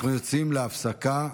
אנחנו יוצאים להפסקה.